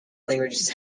languages